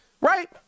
right